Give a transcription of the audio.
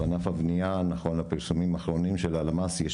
בענף הבנייה נכון לפרסומים אחרונים של הלמ"ס יש